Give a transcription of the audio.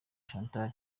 chantal